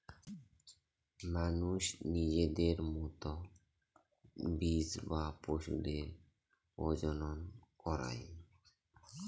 মানুষ নিজের মতো বীজ বা পশুদের প্রজনন করায়